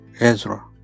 Ezra